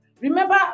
Remember